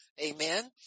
Amen